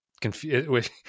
confused